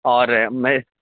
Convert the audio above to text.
اور میں